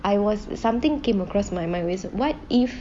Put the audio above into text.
I was something came across my mind ways what if